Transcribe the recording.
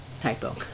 typo